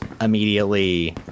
immediately